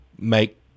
make